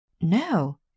No